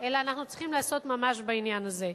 אלא אנחנו צריכים לעשות ממש בעניין הזה.